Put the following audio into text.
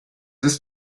ist